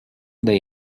the